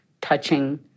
touching